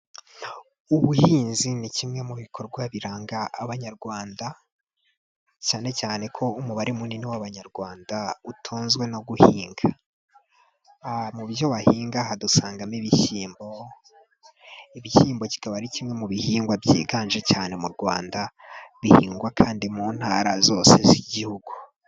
Ubuhinzi ni kimwe mu bikorwa biranga abanyarwanda, cyane cyane ko umubare munini w'abanyarwanda utunzwe no guhinga, mu byo bahinga aha dusangamo: ibishyimbo, ibishyimbo kikaba ari kimwe mu bihingwa byiganje cyane mu rwanda bihingwa kandi mu ntara zose z'igihugu